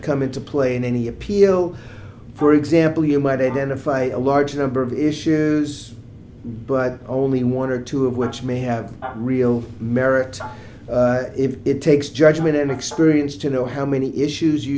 come into play in any appeal for example you might identify a large number of issues but only one or two of which may have real merit if it takes judgment and experience to know how many issues you